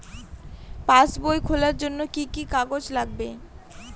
পাসবই খোলার জন্য কি কি কাগজ লাগবে?